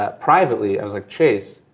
ah privately, i was like, chase,